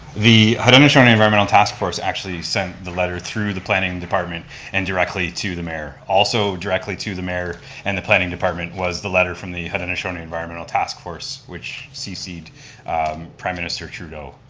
the haudenosaunee environmental task force actually sent the letter through the planning department and directly to the mayor. also directly to the mayor and the planning department was the letter from the haudenosaunee environmental task force which cc'd prime minister trudeau.